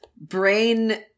brain